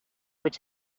which